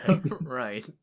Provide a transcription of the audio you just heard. Right